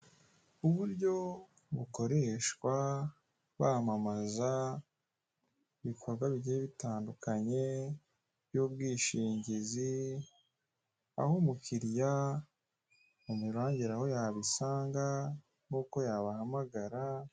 Uburyo bukoreshwa bamamaza ibikorwa bigiye bitandukanye by'ubwishingizi aho umukiriya amurangira aho yabisanga nkuko yabahamagara.